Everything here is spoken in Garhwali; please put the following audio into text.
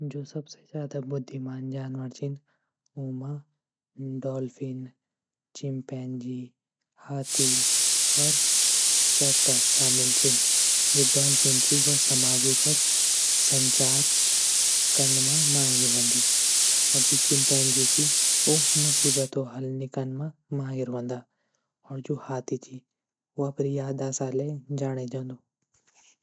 जो सबसे ज्यादा बुद्धिमान जानवर छन वू म डोल्फिन, चिम्पांजी, हाथी और केकता शामिल छण. जु डोल्फिन छन वो सामाजिक और संचार करना मा महिर होंदी. और जो चिमपांगी छन वो मुसीबत को हल निकलना माँ माहिर होंद. और जो हाथी छ व अपड़ी याददास्त ले जाने जान्दु.